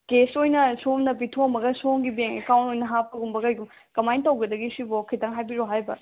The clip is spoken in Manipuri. ꯀꯦꯁ ꯑꯣꯏꯅ ꯁꯣꯝꯅ ꯄꯤꯊꯣꯛꯑꯝꯃꯒ ꯁꯣꯝꯒꯤ ꯕꯦꯡꯛ ꯑꯦꯀꯥꯎꯟ ꯑꯣꯏꯅ ꯍꯥꯞꯄꯒꯨꯝꯕ ꯀꯩꯒꯨꯝꯕ ꯀꯃꯥꯏꯅ ꯇꯧꯒꯗꯒꯦ ꯁꯤꯕꯣ ꯈꯤꯇꯪ ꯍꯥꯏꯕꯤꯔꯛꯑꯣ ꯍꯥꯏꯔꯤꯕ